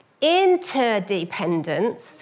Interdependence